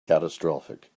catastrophic